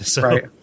Right